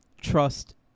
trust